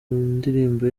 ndirimbo